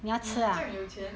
你这样有钱